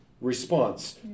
response